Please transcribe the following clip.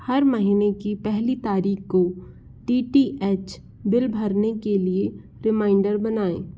हर महीने की पहली तारीख को डी टी एच बिल भरने के लिए रिमाइंडर बनाएँ